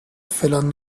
فلان